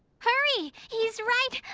hurry! he's right.